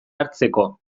hartzeko